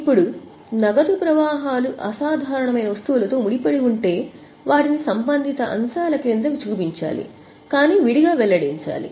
ఇప్పుడు నగదు ప్రవాహాలు అసాధారణమైన వస్తువులతో ముడిపడి ఉంటే వాటిని సంబంధిత అంశాల క్రింద చూపించాలి కానీ విడిగా వెల్లడించాలి